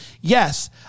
Yes